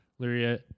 Lyria